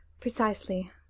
precisely